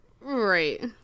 Right